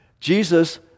Jesus